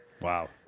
Wow